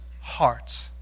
hearts